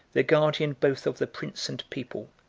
the guardian both of the prince and people,